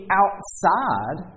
outside